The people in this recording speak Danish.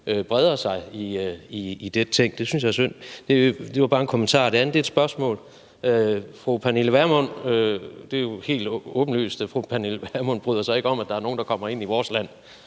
breder sig i dette Ting. Det synes jeg er synd. Det var bare en kommentar. Det andet er et spørgsmål. Det er jo helt åbenlyst, at fru Pernille Vermund ikke bryder sig om, at der er nogen, der kommer ind i vores land